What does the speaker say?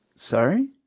Sorry